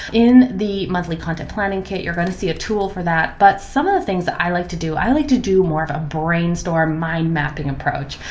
in the monthly content planning kit, you're going to see a tool for that. but some of the things that i like to do, i like to do more of a brainstorm mind mapping approach.